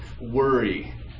Worry